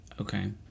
Okay